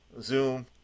zoom